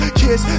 kiss